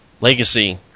legacy